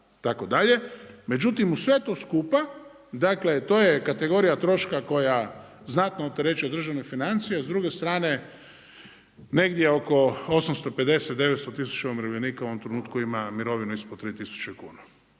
itd., međutim uz sve to skupa, dakle to je kategorija troška koja znatno opterećuje državne financije a s druge strane negdje oko 850, 900 tisuća umirovljenika u ovom trenutku ima mirovinu ispod 3 tisuće kuna.